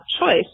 choice